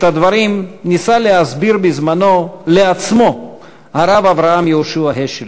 את הדברים ניסה להסביר בזמנו לעצמו הרב אברהם יהושע השל.